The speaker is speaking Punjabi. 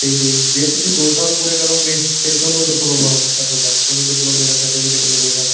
ਜੀ ਜੀ ਜੇ ਤੁਸੀਂ ਦੋ ਸਾਲ ਪੂਰੇ ਕਰੋਂਗੇ ਫਿਰ ਤੁਹਾਨੂੰ ਡਿਪਲੋਮਾ ਹੋ ਜਾਂਦਾ ਤੁਹਾਡਾ ਤੁਹਾਨੂੰ ਡਿਪਲੋਮੇ ਦਾ ਸਰਟੀਫਿਕੇਟ ਮਿਲੇਗਾ